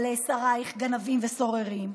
על "שריך גנבים וסוררים".